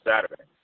Saturday